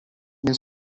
nel